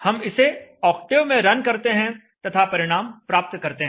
हम इसे ऑक्टेव में रन करते हैं तथा परिणाम प्राप्त करते हैं